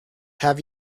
have